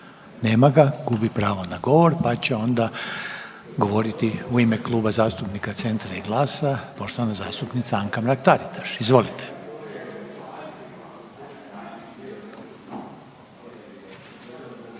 Nema ga, gubi pravo na govor pa će onda govoriti u ime Kluba zastupnika Centra i GLAS-a poštovana zastupnica Anka Mrak-Taritaš. Izvolite.